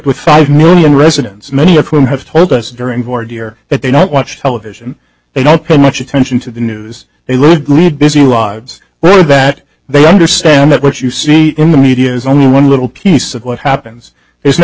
with five million residents many of whom have told us during board year that they don't watch television they don't pay much attention to the news they look busy rives that they understand that what you see in the media is only one little piece of what happens